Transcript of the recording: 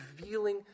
revealing